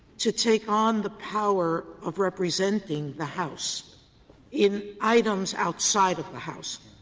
to take on the power of representing the house in items outside of the house?